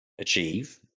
achieve